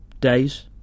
days